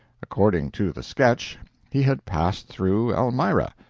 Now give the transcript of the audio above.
according to the sketch he had passed through elmira.